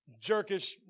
jerkish